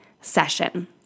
session